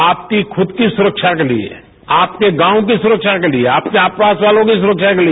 आपकी खुद की सुरक्षा के लिए आपके गांव की सुरक्षा के लिए आपके आस पास वालों की सुरक्षा के लिए